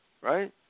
Right